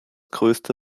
größte